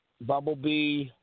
Bumblebee